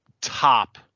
top